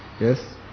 Yes